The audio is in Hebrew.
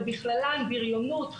ובכללן בריונות,